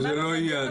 זה לא יהיה עד מאי.